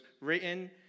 written